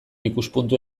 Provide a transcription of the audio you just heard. ikuspuntu